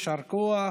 יישר כוח.